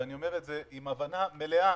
של העסק ושל העובדים שהוא הוציא לחל"ת.